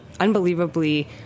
unbelievably